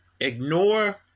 ignore